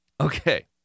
Okay